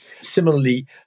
Similarly